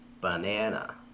banana